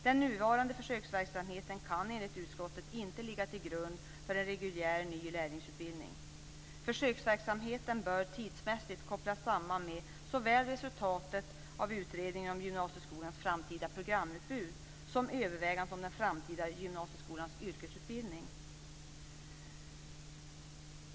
Den nuvarande försöksverksamheten kan enligt utskottet inte ligga till grund för en reguljär ny lärlingsutbildning. Försöksverksamheten bör tidsmässigt kopplas samman med såväl resultatet av utredningen om gymnasieskolans framtida programutbud som övervägandet om den framtida gymnasieskolans yrkesutbildning.